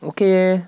okay eh